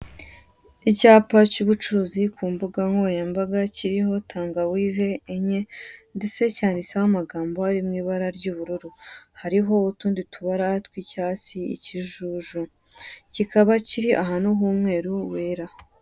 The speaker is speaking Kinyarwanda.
Icyapa cy'ubucuruzi ku mbugankoranyambaga kiriho tangawizi enye, ndetse cyanditseho amagambo ari mu ibara ry'ubururu. Hariho utundi tubara tw'icyatsi, ikijuju kikaba kiri ahantu h'umweru wera.